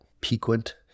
piquant